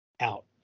out